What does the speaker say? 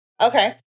okay